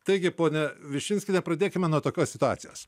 taigi ponia višinskiene pradėkime nuo tokios situacijos